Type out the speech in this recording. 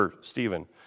Stephen